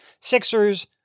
Sixers